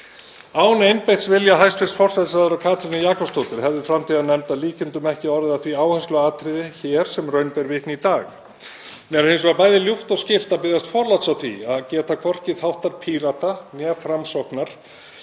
Án einbeitts vilja hæstv. forsætisráðherra, Katrínar Jakobsdóttur, hefði framtíðarnefnd að líkindum ekki orðið að því áhersluatriði hér sem raun ber vitni í dag. Mér er hins vegar bæði ljúft og skylt að biðjast forláts á því að geta hvorki þáttar Pírata né Framsóknar